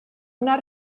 una